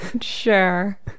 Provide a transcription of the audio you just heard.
sure